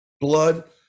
blood